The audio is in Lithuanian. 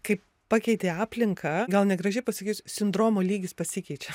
kai pakeiti aplinką gal negražiai pasakys sindromo lygis pasikeičia